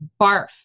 barf